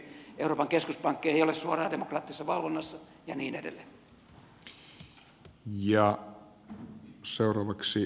euroopan keskuspankki ei ole suoraan demokraattisessa valvonnassa ja niin edelleen